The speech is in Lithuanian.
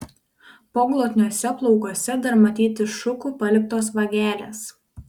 jo glotniuose plaukuose dar matyti šukų paliktos vagelės